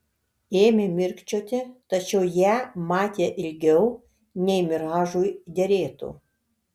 ėmė mirkčioti tačiau ją matė ilgiau nei miražui derėtų